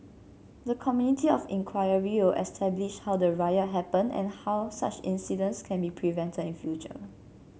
the committee of inquiry will establish how the riot happened and how such incidents can be prevented in future